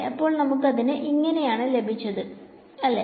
അപ്പോൾ നമുക്ക് അതിനെ ഇങ്ങനെ ആണ് ലഭിച്ചത് അല്ലെ